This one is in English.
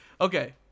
okay